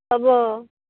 ହେବ